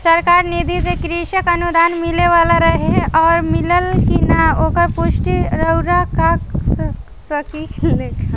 सरकार निधि से कृषक अनुदान मिले वाला रहे और मिलल कि ना ओकर पुष्टि रउवा कर सकी ला का?